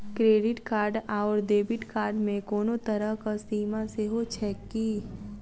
Credit card आओर debit card मे कोनो तरहक सीमा सेहो छैक की?